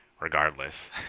regardless